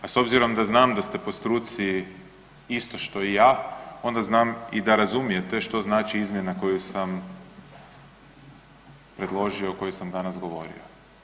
Pa s obzirom da znam da ste po struci isto što i ja onda znam i da razumijete što znači izmjena koju sam predložio, o kojoj sam danas govorio.